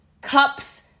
cups